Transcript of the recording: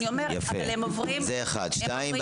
שתיים,